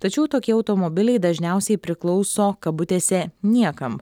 tačiau tokie automobiliai dažniausiai priklauso kabutėse niekam